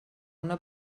una